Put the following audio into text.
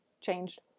changed